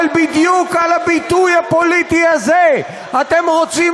אבל בדיוק על הביטוי הפוליטי הזה אתם רוצים